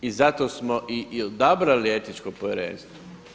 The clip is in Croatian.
I zato smo i odabrali etičko povjerenstvo.